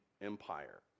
empire